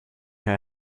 her